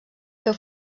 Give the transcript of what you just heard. féu